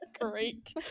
Great